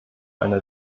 einer